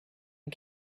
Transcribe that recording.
and